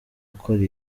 akora